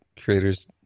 creators